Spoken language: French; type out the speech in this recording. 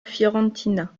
fiorentina